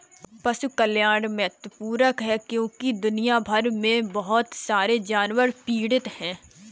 पशु कल्याण महत्वपूर्ण है क्योंकि दुनिया भर में बहुत सारे जानवर पीड़ित हैं